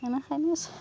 बेनिखायनो सा